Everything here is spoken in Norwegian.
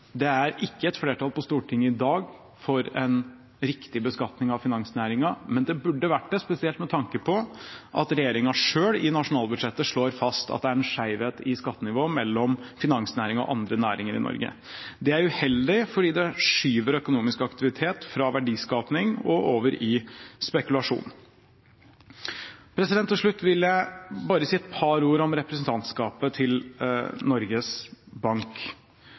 Det er ikke et flertall på Stortinget i dag for en riktig beskatning av finansnæringen, men det burde vært det, spesielt med tanke på at regjeringen selv i nasjonalbudsjettet slår fast at det er en skjevhet i skattenivå mellom finansnæringen og andre næringer i Norge. Det er uheldig fordi det skyver økonomisk aktivitet fra verdiskaping og over i spekulasjon. Til slutt vil jeg bare si et par ord om representantskapet til Norges Bank.